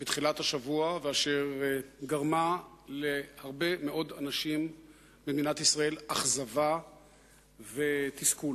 בתחילת השבוע וגרמה להרבה מאוד אנשים במדינת ישראל אכזבה ותסכול.